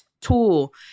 tool